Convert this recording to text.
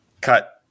cut